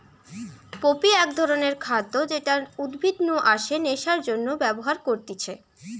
poppy এক ধরণের খাদ্য যেটা উদ্ভিদ নু আসে নেশার জন্যে ব্যবহার করতিছে